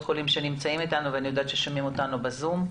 החולים שנמצאים איתנו וגם מי ששומע אותנו בזום.